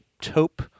taupe